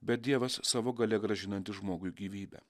bet dievas savo galia grąžinantis žmogui gyvybę